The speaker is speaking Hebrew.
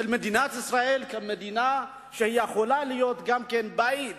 מדינת ישראל כמדינה שיכולה להיות גם בית